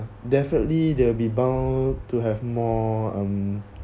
definitely there will be bound to have more um